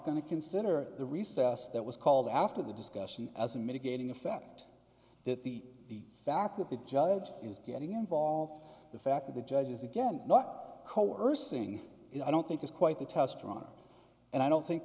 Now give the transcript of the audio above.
going to consider the recess that was called after the discussion as a mitigating effect that the the fact that the judge is getting involved the fact that the judge is again not coercing it i don't think is quite the test run and i don't think